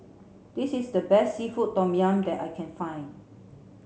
this is the best seafood tom yum that I can find